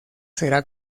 será